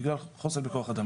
בגלל חוסר בכוח אדם.